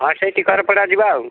ହଁ ସେଇ ଟିକରପଡ଼ା ଯିବା ଆଉ